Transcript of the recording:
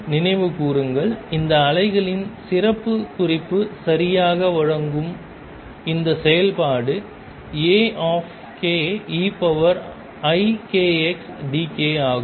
நினைவுகூருங்கள் இந்த அலைகளின் சிறப்புக் குறிப்பு சரியாக வழங்கும் இந்த செயல்பாடு Akeikxdk ஆகும்